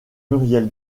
muriel